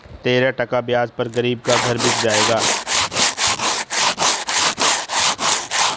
तेरह टका ब्याज पर गरीब का घर बिक जाएगा